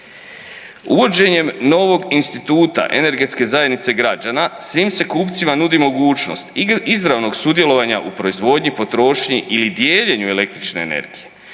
Uvođenjem novog instituta energetske zajednice gađana svim se kupcima nudi mogućnost izravnog sudjelovanja u proizvodnji, potrošnji ili dijeljenju električne energije.